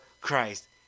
Christ